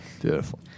beautiful